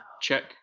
check